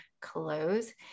close